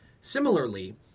Similarly